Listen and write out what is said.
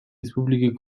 республике